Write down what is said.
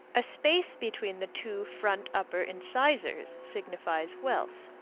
a space between the two front upper incisors signifies wealth.